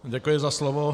Děkuji za slovo.